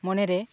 ᱢᱚᱱᱮ ᱨᱮ